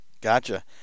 Gotcha